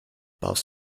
baust